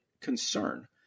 concern